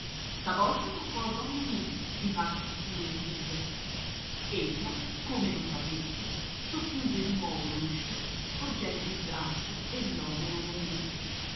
stavolta toccò a don ninì di farsi scuro in viso ella come lo sapesse socchiuse di nuovo l'uscio sporgendo il braccio e l'omero nudi